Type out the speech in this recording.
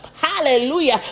hallelujah